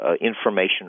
information